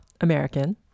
American